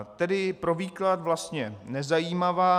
Tedy pro výklad vlastně nezajímavá.